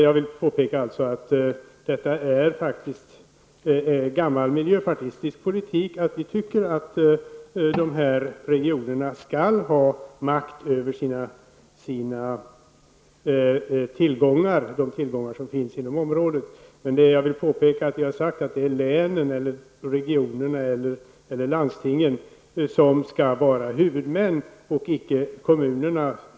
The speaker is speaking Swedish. Jag vill påpeka att det är en gammal miljöpartistisk politik att dessa regioner skall ha makt över de tillgångar som finns i området. Vi har sagt att det är länen, eller regionerna och landstingen, som skall vara huvudmän och icke kommunerna.